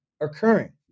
occurring